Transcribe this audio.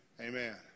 Amen